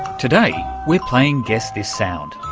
today we're playing guess this sound.